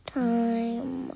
time